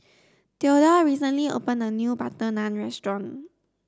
Thedore recently opened a new butter naan restaurant